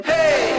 Hey